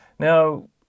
Now